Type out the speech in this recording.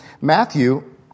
Matthew